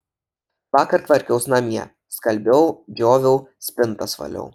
vakar tvarkiaus namie skalbiau džioviau spintas valiau